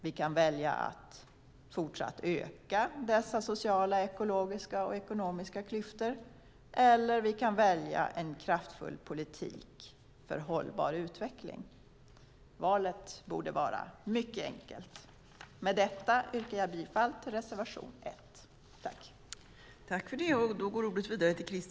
Vi kan välja att fortsätta öka de sociala, ekologiska och ekonomiska klyftorna, eller så kan vi välja en kraftfull politik för hållbar utveckling. Valet borde vara mycket enkelt. Med detta yrkar jag bifall till reservation 1.